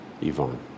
Yvonne